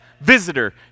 visitor